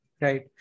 right